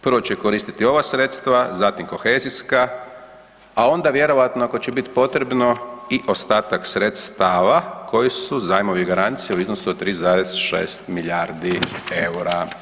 Prvo će koristiti ova sredstva zatim kohezijska, a onda vjerojatno ako će bit potrebno i ostatak sredstava koji su zajmovi garancije u iznosu od 3,6 milijardi eura.